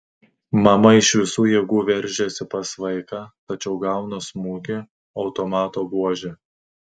mama iš visų jėgų veržiasi pas vaiką tačiau gauna smūgį automato buože